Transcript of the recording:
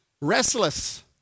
restless